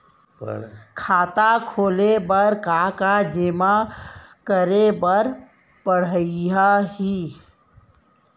खाता खोले बर का का जेमा करे बर पढ़इया ही?